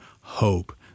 hope